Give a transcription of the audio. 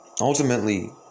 ultimately